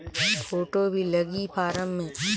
Photo भी लगी form मे?